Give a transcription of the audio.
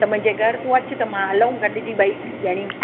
त मुंहिंजे घरु तूं अचु त मां हलऊं गॾिजी ॿई ॼणियूं